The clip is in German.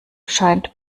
scheint